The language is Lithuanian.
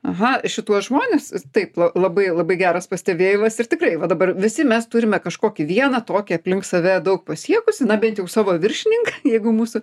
aha šituos žmones taip labai labai geras pastebėjimas ir tikrai va dabar visi mes turime kažkokį vieną tokį aplink save daug pasiekusį na bent jau savo viršininką jeigu mūsų